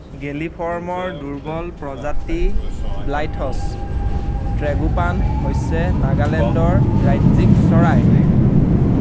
গেলিফৰ্মৰ দুৰ্বল প্ৰজাতি Blyth's tragopan হৈছে নাগালেণ্ডৰ ৰাজ্যিক চৰাই